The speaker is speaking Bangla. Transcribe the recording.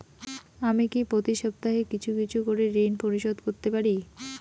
আমি কি প্রতি সপ্তাহে কিছু কিছু করে ঋন পরিশোধ করতে পারি?